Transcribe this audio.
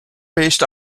based